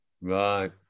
Right